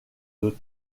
deux